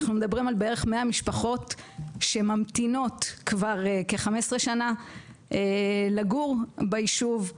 אנחנו מדברים על בערך 100 משפחות שממתינות כבר כ-15 שנה לגור ביישוב.